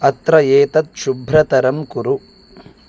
अत्र एतत् शुभ्रतरं कुरु